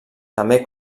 també